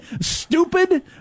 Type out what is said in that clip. stupid